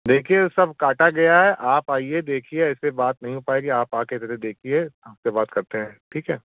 देखिए सब काटा गया है आप आइए देखिए ऐसे बात नहीं हो पाएगी आप आकर ज़रा देखिए आपसे बात करते हैं ठीक है